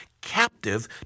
captive